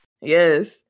Yes